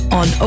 on